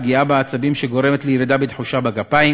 פגיעה בעצבים שגורמת לירידה בתחושה בגפיים